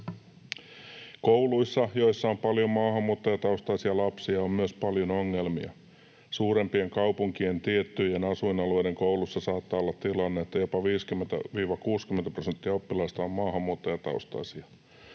Kouluissa, joissa on paljon maahanmuuttajataustaisia lapsia, on myös paljon ongelmia. Suurempien kaupunkien tiettyjen asuinalueiden kouluissa saattaa olla tilanne, että jopa 50—60 prosenttia oppilaista on maahanmuuttajataustaisia.